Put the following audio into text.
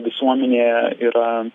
visuomenėje yra